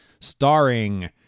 Starring